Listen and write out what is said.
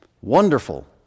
Wonderful